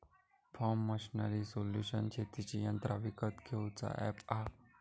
form machinery solution शेतीची यंत्रा विकत घेऊचा अॅप हा